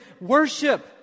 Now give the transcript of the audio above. worship